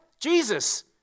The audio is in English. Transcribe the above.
Jesus